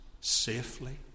safely